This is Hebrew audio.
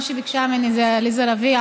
מי שביקשה ממני זו עליזה לביא,